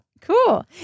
cool